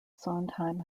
sondheim